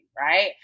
right